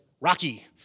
Rocky